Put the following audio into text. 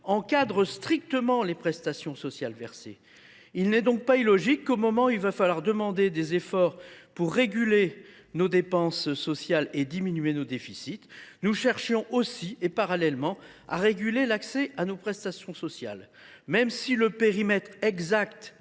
encadre strictement les prestations sociales versées. Il n’est pas illogique, au moment où il va falloir demander des efforts pour réguler nos dépenses sociales et diminuer nos déficits, que nous cherchions aussi à réguler l’accès à nos prestations sociales. Même si le périmètre exact